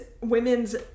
women's